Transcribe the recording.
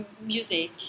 music